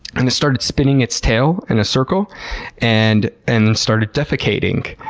and it started spinning its tail in a circle and. and and started defecating,